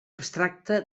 abstracte